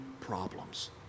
problems